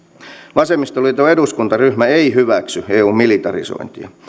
vasemmistoliiton eduskuntaryhmä ei hyväksy eun militarisointia